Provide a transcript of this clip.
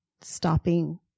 stopping